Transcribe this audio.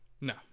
No